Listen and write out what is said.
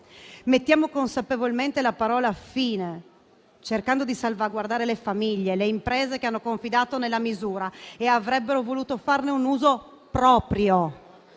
Mettiamo consapevolmente la parola fine, cercando di salvaguardare le famiglie, le imprese che hanno confidato nella misura e avrebbero voluto farne un uso proprio.